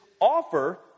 offer